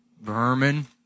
Berman